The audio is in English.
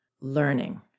learning